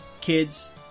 kids